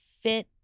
fit